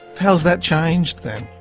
how's that changed then?